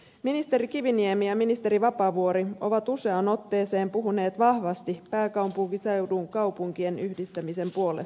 ministeri kiviniemi ja ministeri vapaavuori ovat useaan otteeseen puhuneet vahvasti pääkaupunkiseudun kaupunkien yhdistämisen puolesta